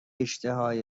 اشتهایی